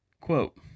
Quote